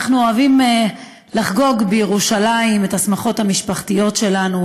אנחנו אוהבים לחגוג בירושלים את השמחות המשפחתיות שלנו,